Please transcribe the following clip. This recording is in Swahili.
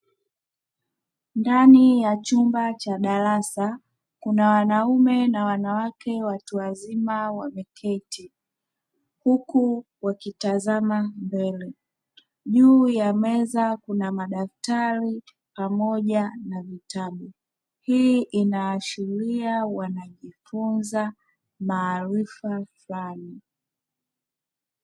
Ndani ya chumba cha darasa kuna wanaume na wanawake watu wazima wameketi huku wakitazama mbele, juu ya meza kuna madaftari pamoja na vitabu. Hii inaashiria wanajifunza maarifa fulani.